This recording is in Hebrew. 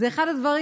זה אחד הדברים,